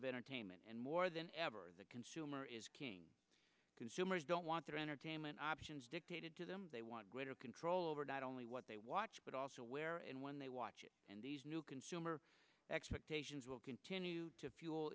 of entertainment and more than ever the consumer is king consumers don't want their entertainment options dictated to them they want greater control over not only what they watch but also where and when they watch it and these new consumer expectations will continue to fuel